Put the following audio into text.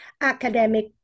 academic